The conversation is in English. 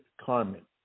carmen